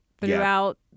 throughout